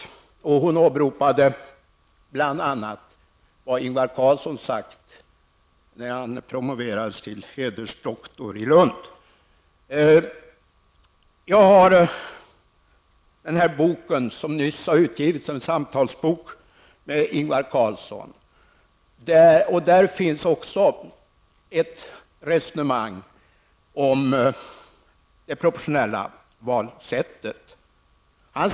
Hon åberopade bl.a. vad Ingvar Carlsson sagt när han promoverades till hedersdoktor i Lund. Carlsson förs även ett resonemang om det proportionella valsystemet.